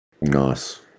Nice